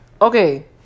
Okay